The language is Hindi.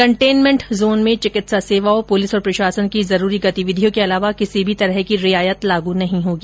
कन्टेनमेंट जोन में चिकित्सा सेवाओं पुलिस और प्रशासन की जरूरी गतिविधियों के अलावा किसी भी तरह की रियायत लागू नहीं होगी